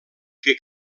que